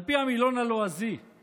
על פי המילון הלועזי-עברי,